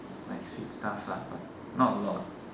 like sweet stuff lah but not a lot